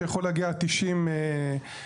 שיכול להגיע 90 צרכנים.